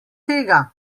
tega